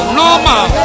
normal